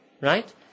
right